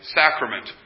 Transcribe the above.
sacrament